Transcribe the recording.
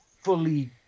fully